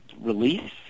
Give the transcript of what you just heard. release